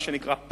מה שנקרא,